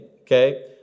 Okay